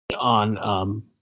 on